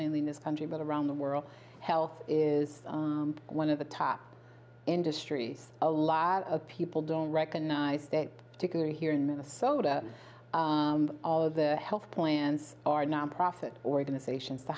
mainly in this country but around the world health is one of the top industries a lot of people don't recognize that tickler here in minnesota all of the health plans are nonprofit organizations the